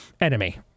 enemy